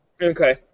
Okay